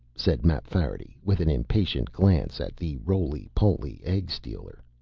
said mapfarity with an impatient glance at the rolypoly egg-stealer.